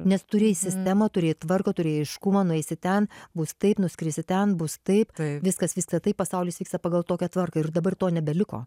nes turėjai sistemą turėjai tvarką turėjai aiškumą nueisi ten bus taip nuskristi ten bus taip viskas vyksta taip pasaulis vyksta pagal tokią tvarką ir dabar to nebeliko